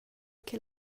che